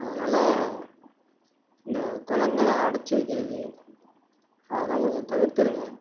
அதனால் இந்த குளங்கள அடைச்சி வைக்கிறது அதெலாம் கொஞ்சம் தவிர்த்திருங்க